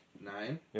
Nine